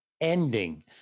ending